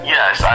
Yes